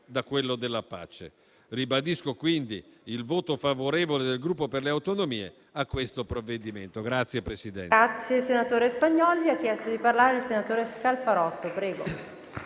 da quello della pace. Ribadisco quindi il voto favorevole del Gruppo per le Autonomie sul provvedimento in discussione.